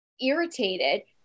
irritated